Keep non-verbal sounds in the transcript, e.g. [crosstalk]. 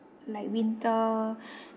like winter [breath]